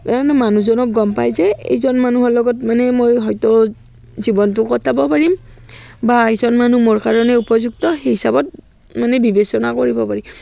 কিয়নো মানুহজনক গম পায় যে এইজন মানুহৰ লগত মানে মই হয়তো জীৱনটো কটাব পাৰিম বা এইজন মানুহ মোৰ কাৰণে উপযুক্ত সেই হিচাপত মানে বিবেচনা কৰিব পাৰি